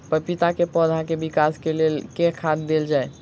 पपीता केँ पौधा केँ विकास केँ लेल केँ खाद देल जाए?